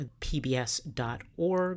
pbs.org